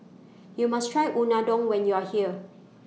YOU must Try Unadon when YOU Are here